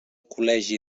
col·legi